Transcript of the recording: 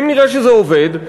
ואם נראה שזה עובד,